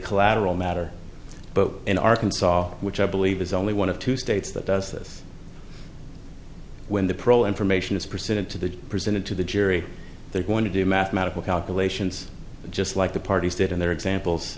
collateral matter but in arkansas which i believe is only one of two states that does this when the pro information is presented to the presented to the jury they're going to do mathematical calculations just like the parties did and their examples